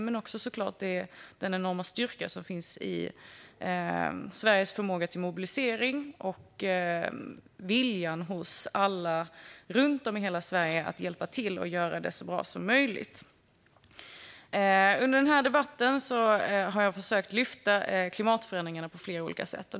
Det finns också en enorm styrka i Sveriges förmåga till mobilisering samt viljan hos alla runt om i hela Sverige att hjälpa till att göra det så bra som möjligt. Under den här debatten har jag försökt att lyfta klimatförändringarna på flera olika sätt.